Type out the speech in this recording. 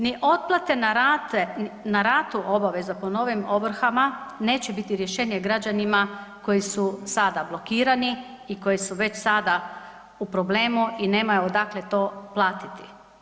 Ni otplate na rate, na ratu obaveza po novim ovrhama neće biti rješenje građanima koji su sada blokirani i koji su već sada u problemu i nemaju odakle to platiti.